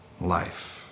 life